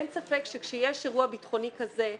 אין ספק שכאשר יש אירוע ביטחוני כזה,